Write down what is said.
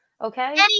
okay